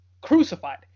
crucified